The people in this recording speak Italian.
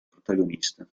protagonista